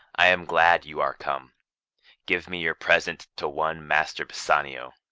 i am glad you are come give me your present to one master bassanio,